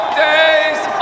days